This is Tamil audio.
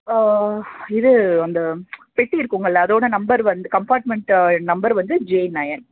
இது அந்த பெட்டி இருக்குங்கள்லே அதோடய நம்பர் வந்து கம்பார்ட்மெண்ட் நம்பர் வந்து ஜே நயன்